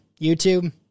YouTube